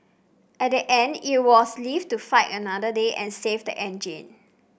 at the end it was live to fight another day and save the engine